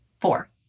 Four